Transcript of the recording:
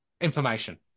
information